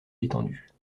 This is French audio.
étendues